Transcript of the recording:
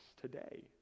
today